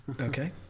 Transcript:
okay